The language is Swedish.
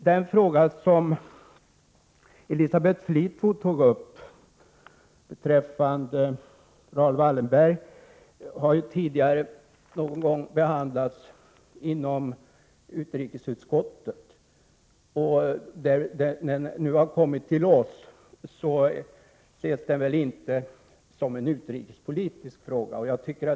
Den fråga som Elisabeth Fleetwood tog upp beträffande Raoul Wallenberg har tidigare behandlats i utrikesutskottet. När den nu har kommit till oss ses den väl inte som en utrikespolitisk fråga.